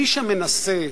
מי שמנסה,